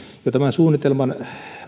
jo tämän suunnitelman